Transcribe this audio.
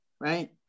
right